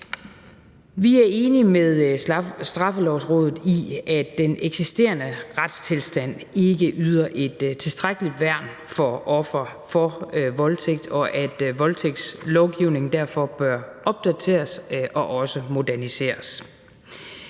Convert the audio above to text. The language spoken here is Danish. Vi er enige med Straffelovrådet i, at den eksisterende retstilstand ikke yder et tilstrækkeligt værn for ofre for voldtægt, og at voldtægtslovgivningen derfor bør opdateres og også moderniseres.